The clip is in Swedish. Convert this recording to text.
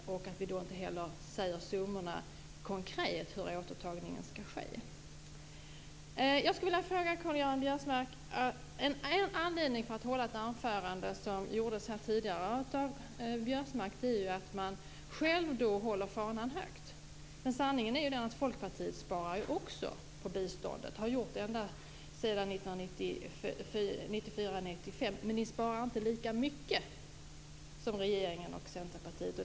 Det är också därför vi inte anger några konkreta summor i fråga om hur återtagningen skall ske. Jag skulle vilja ställa en fråga till Karl-Göran Biörsmark. En anledning till att man håller ett sådant anförande som Karl-Göran Biörsmark gjorde tidigare är att man själv håller fanan högt. Sanningen är dock att Folkpartiet också sparar på biståndet och har så gjort sedan 1994/95. Men ni sparar inte lika mycket som regeringen och Centerpartiet.